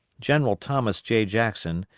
general thomas j. jackson,